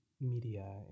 media